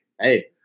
Hey